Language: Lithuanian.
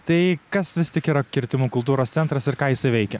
tai kas vis tik yra kirtimų kultūros centras ir ką jisai veikia